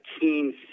keen